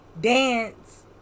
dance